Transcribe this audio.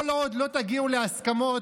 כל עוד לא תגיעו להסכמות,